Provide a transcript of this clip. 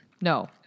No